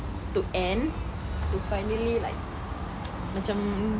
to end to finally like macam